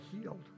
healed